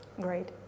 Great